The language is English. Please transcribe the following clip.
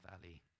valley